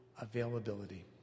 availability